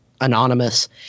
anonymous